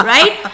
Right